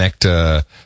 connect